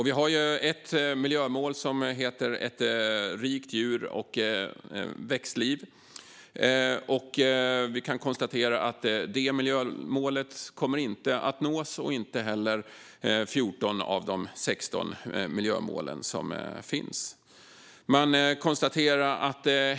Vi har ett miljömål som heter ett rikt djur och växtliv och kan konstatera att detta miljömål inte kommer att nås. 14 av de 16 miljömål som finns kommer inte att nås.